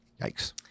Yikes